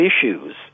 issues